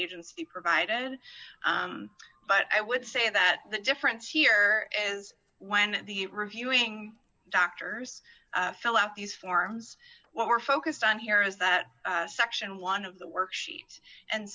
agency provided but i would say that the difference here is when the reviewing doctors fill out these forms what we're focused on here is that section one of the worksheet and